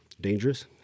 dangerous